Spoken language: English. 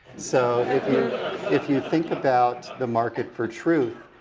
so if you if you think about the market for truth,